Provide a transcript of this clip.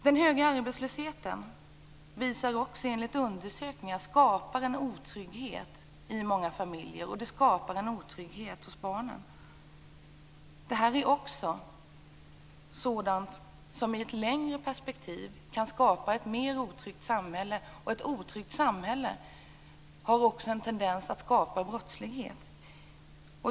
Undersökningar visar att den höga arbetslösheten skapar en otrygghet hos många föräldrar och barn. Detta är också något som i ett längre perspektiv kan skapa ett mer otryggt samhälle, och ett otryggt samhälle har också en tendens att skapa brottslighet.